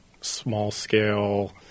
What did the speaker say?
small-scale